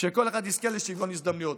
שכל אחד יזכה לשוויון הזדמנויות.